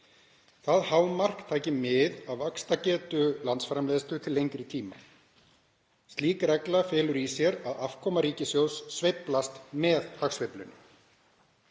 Það hámark taki mið af vaxtargetu landsframleiðslu til lengri tíma. Slík regla felur í sér að afkoma ríkissjóðs sveiflist með hagsveiflunni.